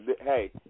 hey